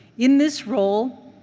in this role,